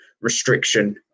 restriction